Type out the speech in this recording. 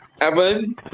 Evan